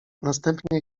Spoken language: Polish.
następnie